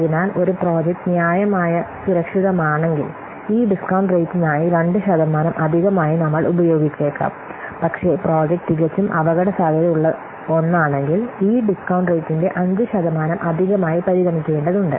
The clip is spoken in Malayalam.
അതിനാൽ ഒരു പ്രോജക്റ്റ് ന്യായമായ സുരക്ഷിതമാണെങ്കിൽ ഈ ഡിസ്കൌണ്ട് റേറ്റ്നായി 2 ശതമാനം അധികമായി നമ്മൾ ഉപയോഗിച്ചേക്കാം പക്ഷേ പ്രോജക്റ്റ് തികച്ചും അപകടസാധ്യതയുള്ള ഒന്നാണെങ്കിൽ ഈ ഡിസ്കൌണ്ട് റേറ്റ്ന്റെ 5 ശതമാനം അധികമായി പരിഗണിക്കേണ്ടതുണ്ട്